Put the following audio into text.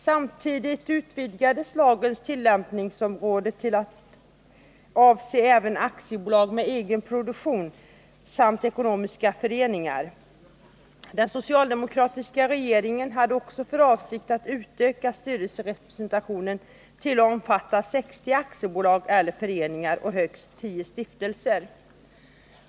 Samtidigt utvidgades lagens tillämpningsområde till att avse även aktiebolag med egen produktion samt ekonomiska föreningar. Den socialdemokratiska regeringen hade också för avsikt att utöka den statliga styrelserepresentationen till att omfatta 60 aktiebolag eller föreningar och högst 10 stiftelser.